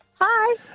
Hi